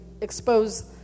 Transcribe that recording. expose